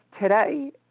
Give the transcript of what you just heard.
today